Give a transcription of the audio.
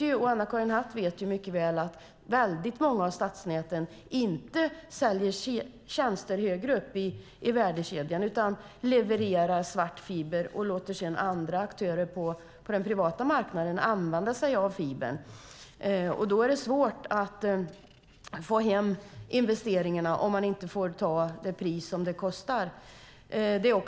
Anna-Karin Hatt vet mycket väl att många av stadsnäten inte säljer tjänster högre upp i värdekedjan, utan man levererar svart fiber och låter sedan andra aktörer på den privata marknaden använda sig av fibern. Då är det svårt att få hem investeringarna, om man inte får ta ut det pris som det kostar.